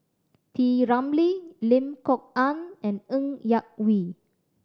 P Ramlee Lim Kok Ann and Ng Yak Whee